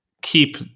keep